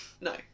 no